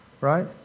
right